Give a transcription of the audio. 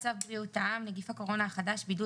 "טיוטת צו בריאות העם (נגיף הקורונה החדש) (בידוד